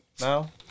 now